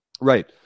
Right